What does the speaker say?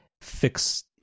fix